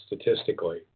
statistically